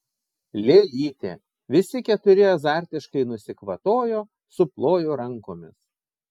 lėlytė visi keturi azartiškai nusikvatojo suplojo rankomis